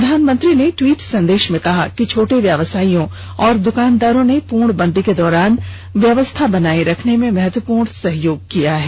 प्रधानमंत्री ने ट्वीट संदेश में कहा कि छोटे व्यवसायियों और दुकानदारों ने पूर्णबंदी के दौरान व्यवस्था बनाये रखने में महत्वपूर्ण सहयोग किया है